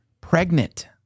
pregnant